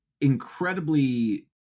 incredibly